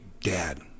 Dad